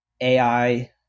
AI